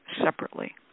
separately